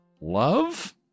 love